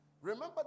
Remember